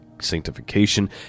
sanctification